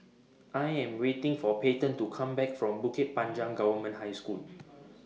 I Am waiting For Payton to Come Back from Bukit Panjang Government High School